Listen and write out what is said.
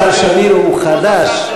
השר שמיר הוא חדש,